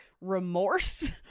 remorse